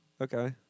Okay